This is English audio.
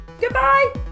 Goodbye